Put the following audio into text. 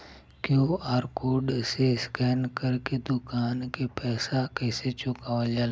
QR code से scan कर के दुकान के पैसा कैसे चुकावल जाला?